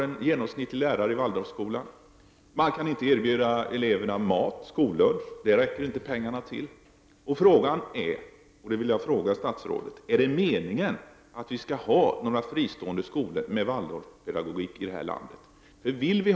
En genomsnittlig lärare i en Waldorfskola har 7 000 kr. per månad i lön. Man kan inte erbjuda eleverna skollunch — det räcker pengarna inte till för.